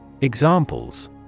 Examples